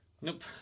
nope